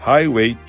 Highway